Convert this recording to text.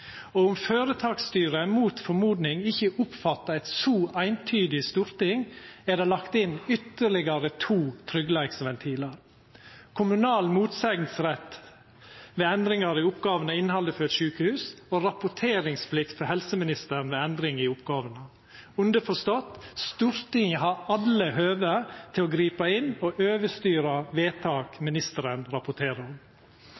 Og om føretaksstyret mot det ein kunne venta seg, ikkje oppfattar eit så eintydig storting, er det lagt inn ytterlegare to tryggleiksventilar – kommunal motsegnsrett ved endringar i oppgåvene og innhaldet for eit sjukehus, og rapporteringsplikt for helseministeren ved endring i oppgåvene. Underforstått: Stortinget har alle høve til å gripa inn og overstyra vedtak helseministeren rapporterer om.